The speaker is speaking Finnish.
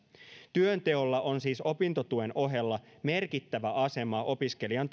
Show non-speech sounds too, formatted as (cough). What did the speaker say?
työnteolla on siis opintotuen ohella merkittävä asema opiskelijan (unintelligible)